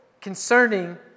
Concerning